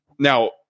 Now